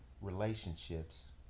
relationships